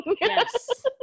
Yes